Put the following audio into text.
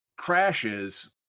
crashes